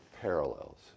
parallels